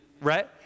Right